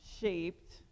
shaped